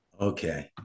Okay